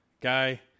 guy